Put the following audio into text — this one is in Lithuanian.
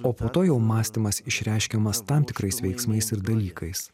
o po to jau mąstymas išreiškiamas tam tikrais veiksmais ir dalykais